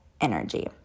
energy